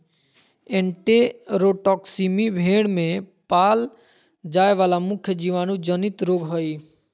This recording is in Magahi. एन्टेरोटॉक्सीमी भेड़ में पाल जाय वला मुख्य जीवाणु जनित रोग हइ